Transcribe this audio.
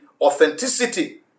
authenticity